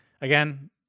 again